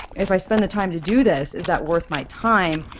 if i spend the time to do this, is that worth my time?